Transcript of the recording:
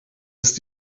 ist